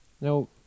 Now